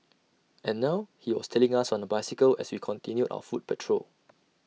and now he was tailing us on A bicycle as we continued our foot patrol